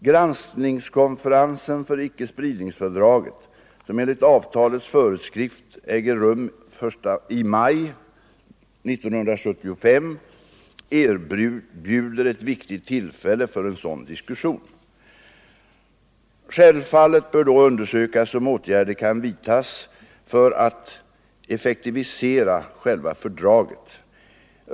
Granskningskonferensen för icke-spridningsfördraget, som enligt avtalets föreskrift äger rum i maj 1975, erbjuder ett viktigt tillfälle för en sådan diskussion. Självfallet bör då undersökas om åtgärder kan vidtas för att effektivisera själva fördraget.